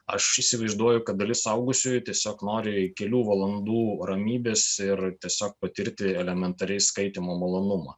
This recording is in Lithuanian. aš įsivaizduoju kad dalis suaugusiųjų tiesiog nori kelių valandų ramybės ir tiesiog patirti elementariai skaitymo malonumą